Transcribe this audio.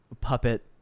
puppet